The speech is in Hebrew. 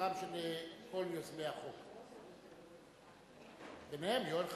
בשמם של כל יוזמי החוק, בהם יואל חסון.